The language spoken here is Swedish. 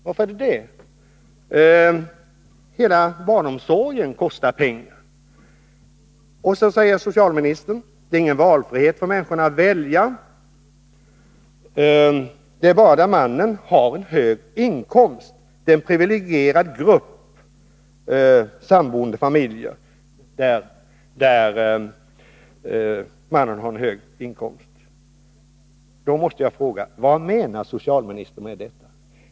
Varför blir det det? Hela barnomsorgen kostar ju pengar. Sedan säger socialministern att det inte innebär någon valfrihet för människorna att välja — utom i en privilegierad grupp samboende familjer, där mannen har hög inkomst. Då måste jag fråga: Vad menar socialministern?